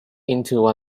into